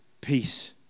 peace